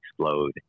explode